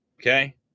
Okay